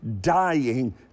dying